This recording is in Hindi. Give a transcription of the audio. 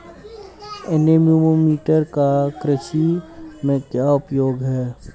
एनीमोमीटर का कृषि में क्या उपयोग है?